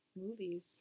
movies